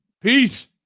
Peace